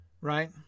right